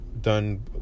done